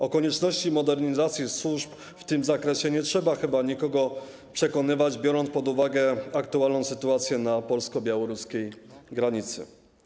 O konieczności modernizacji służb w tym zakresie nie trzeba chyba nikogo przekonywać, biorąc pod uwagę aktualną sytuację na polsko-białoruskiej granicy.